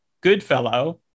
Goodfellow